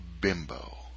bimbo